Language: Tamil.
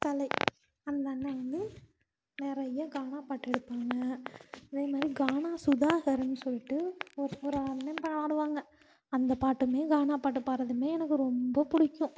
கலை அந்த அண்ணன் வந்து நிறைய கானா பாட்டு எடுப்பாங்க அதேமாதிரி கானா சுதாகருன்னு சொல்லிட்டு ஒவ்வொரு அண்ணனுங்க ஆடுவாங்க அந்த பாட்டுமே கானா பாட்டு பாடுறதுமே எனக்கு ரொம்ப பிடிக்கும்